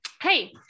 hey